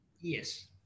yes